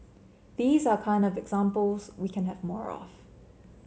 these are kind of examples we can have more of